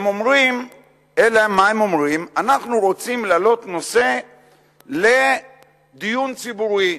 אלא מה הם אומרים: אנחנו רוצים להעלות נושא לדיון ציבורי,